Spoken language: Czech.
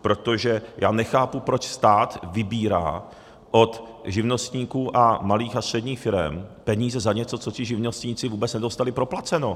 Protože já nechápu, proč stát vybírá od živnostníků a malých a středních firem peníze za něco, co ti živnostníci vůbec nedostali proplaceno.